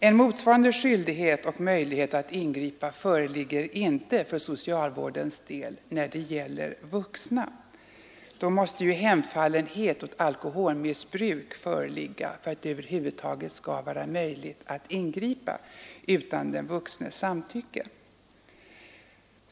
En motsvarande skyldighet och möjlighet att ingripa föreligger inte för socialvårdens del när det gäller vuxna. Då måste ju hemfallenhet åt alkoholmissbruk föreligga för att det över huvud taget skall vara möjligt att ingripa utan den vuxnes samtycke.